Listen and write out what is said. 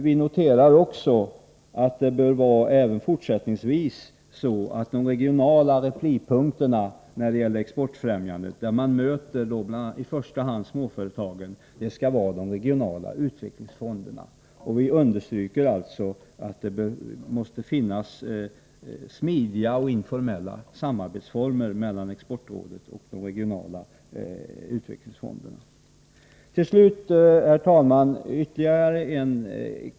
Vi noterar också att de regionala replipunkterna när det gäller exportfrämjandet, där man i första hand möter småföretagen, även fortsättningsvis bör vara de regionala utvecklingsfonderna. Vi understryker alltså att det måste finnas smidiga och informella samarbetsformer mellan Exportrådet och de regionala utvecklingsfonderna. Herr talman!